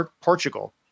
Portugal